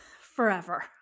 forever